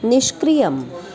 निष्क्रियम्